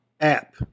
app